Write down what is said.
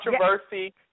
Controversy